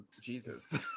Jesus